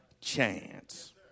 chance